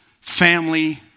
family